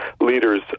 leaders